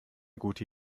gute